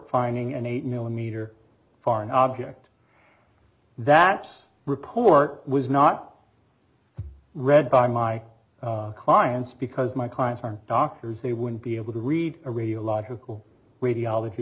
finding an eight millimeter foreign object that report was not read by my clients because my clients aren't doctors they wouldn't be able to read a radiological radiology